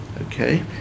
Okay